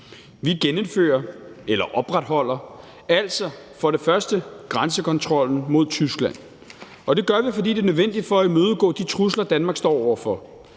Vi genindfører – eller opretholder – altså for det første grænsekontrollen mod Tyskland, og det gør vi, fordi det er nødvendigt for at imødegå de trusler, Danmark står over for.